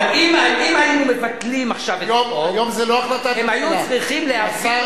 אבל אם היינו מבטלים עכשיו את החוק הם היו צריכים להביא תזכיר,